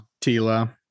Tila